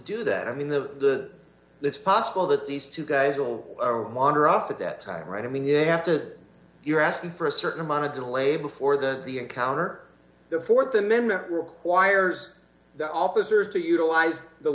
do that i mean the it's possible that these two guys will monitor up at that time right i mean you have to you're asking for a certain amount of delay before the the encounter the th amendment requires the officers to utilize the